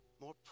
more